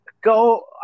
go